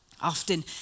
Often